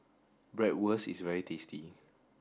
Bratwurst is very tasty